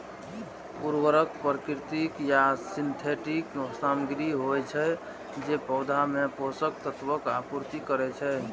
उर्वरक प्राकृतिक या सिंथेटिक सामग्री होइ छै, जे पौधा मे पोषक तत्वक आपूर्ति करै छै